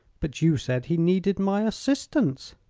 but you said he needed my assistance.